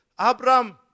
abraham